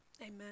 Amen